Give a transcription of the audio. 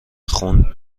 خون